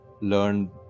learn